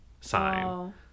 sign